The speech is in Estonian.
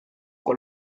kui